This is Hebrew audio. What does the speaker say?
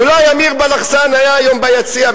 אולי אמיר בלחסן היה היום ביציע,